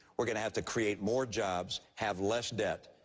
we're going to have to create more jobs, have less debt,